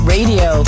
Radio